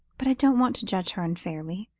but i don't want to judge her unfairly.